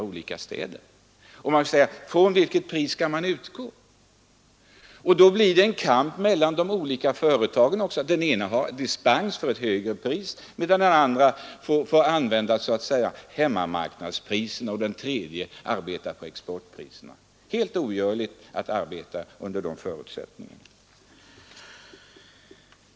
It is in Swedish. Vilket pris skall man då utgå ifrån? De olika prisnivåerna gör att det blir en kamp mellan olika företag. Man har i ett företag dispens för ett högre pris, i ett annat måste man använda hemmamarknadspriset, och i det tredje företaget arbetar man med exportpriset. Det är ju helt omöjligt att arbeta under sådana förutsättningar!